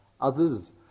Others